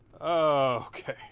okay